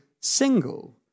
single